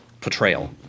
portrayal